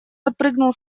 подпрыгнул